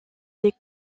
des